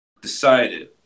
decided